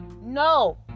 No